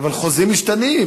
אבל חוזים משתנים.